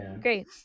Great